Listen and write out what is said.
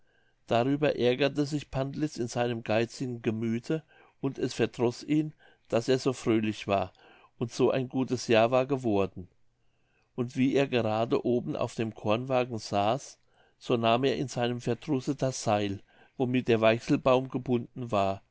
darüber ärgerte sich pantlitz in seinem geizigen gemüthe und es verdroß ihn daß er so fröhlich war und so ein gutes jahr war geworden und wie er gerade oben auf dem kornwagen saß so nahm er in seinem verdrusse das seil womit der weichselbaum gebunden war